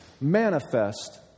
manifest